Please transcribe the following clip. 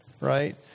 right